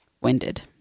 winded